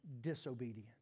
disobedient